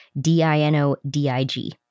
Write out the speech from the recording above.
D-I-N-O-D-I-G